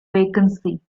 vacancy